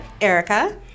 Erica